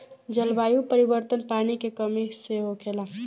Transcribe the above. जलवायु परिवर्तन, पानी के कमी से होखेला